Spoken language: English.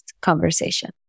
conversation